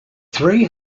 three